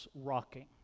rocking